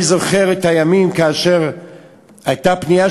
אני זוכר את הימים כאשר הייתה פנייה